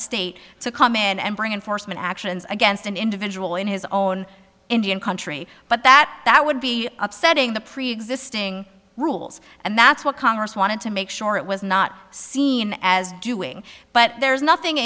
state to come in and bring in foresman actions against an individual in his own indian country but that that would be upsetting the preexisting rules and that's what congress wanted to make sure it was not seen as doing but there's nothing